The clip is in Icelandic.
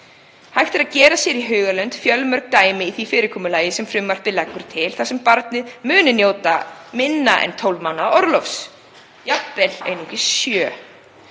Hægt er að gera sér í hugarlund fjölmörg dæmi í því fyrirkomulagi sem frumvarpið leggur til þar sem barnið muni njóta minna en tólf mánaða orlofs, jafnvel einungis sjö.